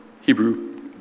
Hebrew